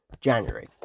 january